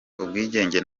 ubwigenge